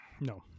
No